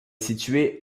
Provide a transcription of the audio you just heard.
situé